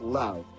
love